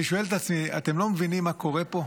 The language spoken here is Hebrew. שואל את עצמי: אתם לא מבינים מה קורה פה?